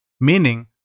meaning